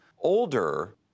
older